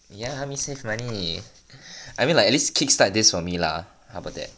ya help me save money I mean like at least kickstart this for me lah how about that